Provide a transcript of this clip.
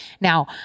Now